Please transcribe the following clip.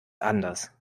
anders